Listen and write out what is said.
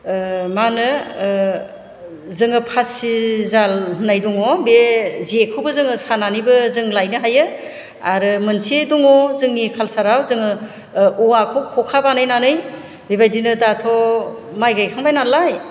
मा होनो जोङो फासि जाल होननाय दङ बे जेखौबो जोङो सानानैबो जोङो लायनो हायो आरो मोनसे दङ जोंनि कालचाराव जोङो औवाखौ ख'खा बानायनानै बेबायदिनो दाथ' माइ गायखांबाय नालाय